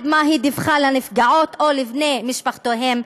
מה היא דיווחה לנפגעות או לבני משפחתן,